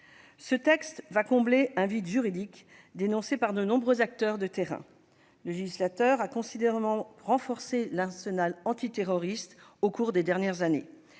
Ce texte vient combler un vide juridique dénoncé par de nombreux acteurs de terrain. Le législateur a considérablement renforcé l'arsenal antiterroriste au cours des dernières années,